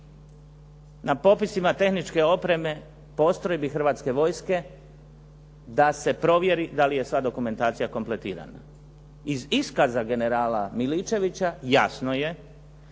na popisima tehničke opreme postrojbi Hrvatske vojske da se provjeri da li je sva dokumentacija kompletirana. Iz iskaza generala Miličevića jasno je